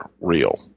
real